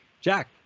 Jack